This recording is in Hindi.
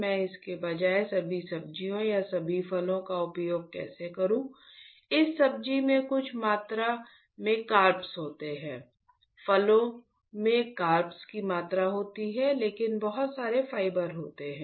मैं इसके बजाय सभी सब्जियों या सभी फलों का उपयोग कैसे करूं इस सब्जी में कुछ मात्रा में कार्ब्स होते हैं फलों में कार्ब की मात्रा होती है लेकिन बहुत सारे फाइबर होते हैं